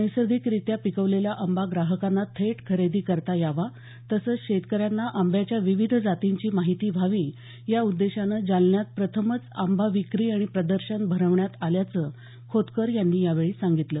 नैसर्गिकरीत्या पिकवलेला आंबा ग्राहकांना थेट खरेदी करता यावा तसंच शेतकऱ्यांना आंब्याच्या विविध जातींची माहिती व्हावी या उद्देशानं जालन्यात प्रथमच आंबा विक्री आणि प्रदर्शन भरवण्यात आल्याचं खोतकर यांनी यावेळी सांगितलं